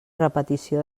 repetició